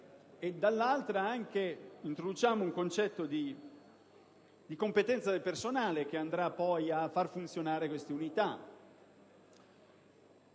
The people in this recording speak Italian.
dall'altra parte, introduciamo un concetto di competenza del personale che andrà poi a far funzionare dette unità.